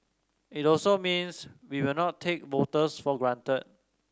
it also means we will not take voters for granted